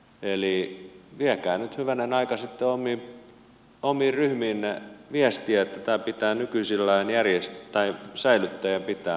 eli viekää nyt hyvänen aika sitten omiin ryhmiinne viestiä että tämä pitää nykyisellään säilyttää ja pitää